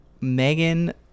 megan